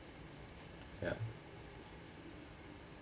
ya